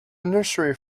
nursery